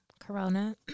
Corona